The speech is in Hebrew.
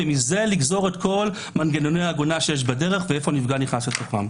ומזה לגזור את כל מנגנוני ההגנה שיש בדרך ואיפה הנפגע נכנס לתוכם.